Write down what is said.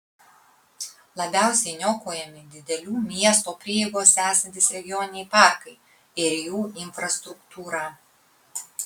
labiausiai niokojami didelių miesto prieigose esantys regioniniai parkai ir jų infrastruktūra